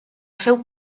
seu